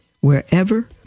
Wherever